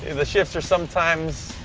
the shifts are sometimes.